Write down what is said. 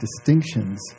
distinctions